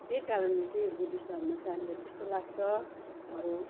त्यही कारणले चाहिँ यो बुद्धिस्ट धर्म चाहिँ हामीलाई त्यस्तो लाग्छ अब